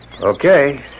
Okay